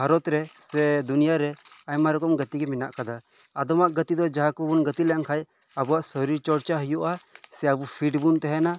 ᱵᱷᱟᱨᱚᱛ ᱨᱮ ᱥᱮ ᱫᱩᱱᱭᱟᱹ ᱨᱮ ᱟᱭᱢᱟ ᱨᱚᱠᱚᱢ ᱜᱟᱛᱮ ᱜᱮ ᱢᱮᱱᱟᱜ ᱟᱠᱟᱫᱟ ᱟᱫᱚᱢᱟᱜ ᱜᱟᱛᱮ ᱫᱚ ᱡᱟᱦᱟᱸ ᱠᱚᱵᱚᱱ ᱜᱟᱛᱮ ᱞᱮᱱ ᱠᱷᱟᱱ ᱟᱵᱚᱣᱟᱜ ᱥᱚᱨᱤᱨ ᱪᱚᱨᱪᱟ ᱦᱳᱭᱳᱜᱼᱟ ᱥᱮ ᱟᱵᱚ ᱯᱷᱤᱴ ᱵᱚᱱ ᱛᱟᱦᱮᱱᱟ